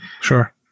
Sure